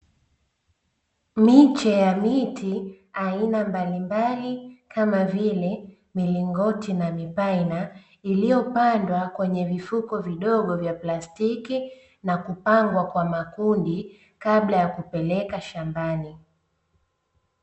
Miche ya miti aina mbali mbali kama vile milingoti na mipaina iliyopandwa kwenye vifuko vidogo vya plastiki na kupangwa kwa makundi kabla ya kupeleka shambani.